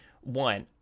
one